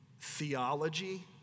theology